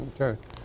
Okay